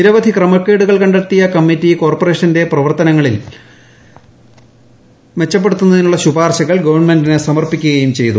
നിരവധി ക്രമക്കേടുകൾ കണ്ടെത്തിയ കമ്മിറ്റി കോർപ്പറേഷന്റെ പ്രവർത്തനങ്ങൾ മെച്ചപ്പെടുത്തുന്നതിനുള്ള ശുപാർശകൾ ഗവൺമെന്റിന് സമർപ്പിക്കുകയും ചെയ്തു